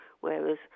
whereas